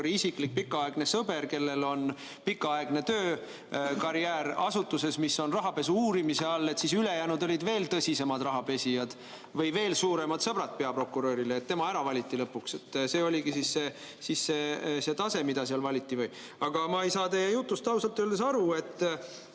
isiklik pikaaegne sõber, kellel on pikaaegne töökarjäär asutuses, mis on rahapesu uurimise all, siis ülejäänud olid veel tõsisemad rahapesijaid või veel suuremad peaprokuröri sõbrad, et tema lõpuks ära valiti. Kas see oligi siis see tase, mida seal valiti? Ma ei saa teie jutust ausalt öeldes aru, et